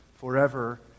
forever